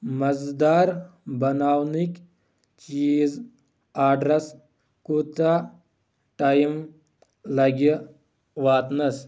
مزٕدار بناونٕکۍ چیٖز آرڈرَس کوٗتاہ ٹایِم لگہِ واتنَس